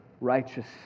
righteous